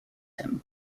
him